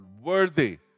Worthy